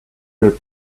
your